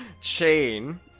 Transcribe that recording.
chain